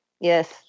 Yes